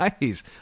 Nice